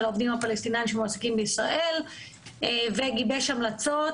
העובדים הפלסטיניים שמועסקים בישראל וגיבש המלצות.